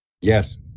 Yes